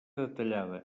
detallada